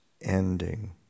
ending